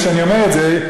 כשאני אומר את זה,